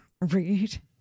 Read